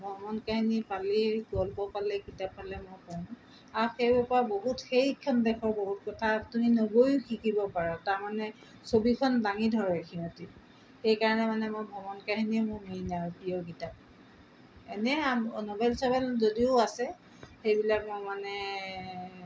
ভ্ৰমণ কাহিনী পালেই গল্প পালে কিতাপ পালে মই পঢ়োঁ আৰু সেইবোৰৰ পৰা বহুত সেইখন দেশৰ বহুত কথা তুমি নগৈয়ো শিকিব পাৰা তাৰমানে ছবিখন দাঙি ধৰে সিহঁতে সেইকাৰণে মানে মই ভ্ৰমণ কাহিনীয়ে মোৰ মেইন আৰু প্ৰিয় কিতাপ এনেই নবেল চভেল যদিও আছে সেইবিলাক মই মানে